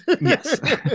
yes